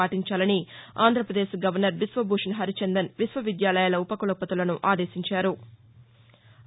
పాటించాలని ఆంధ్రప్రదేశ్ గవర్నర్ బిశ్వభూషణ్ హరిచందన్ విశ్వవిద్యాలయాల ఉపకులపతులను ఆదేశించారు